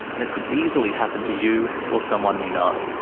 and it could easily happen to you or someone you know.